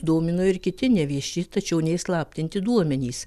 domino ir kiti nevieši tačiau neįslaptinti duomenys